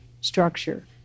structure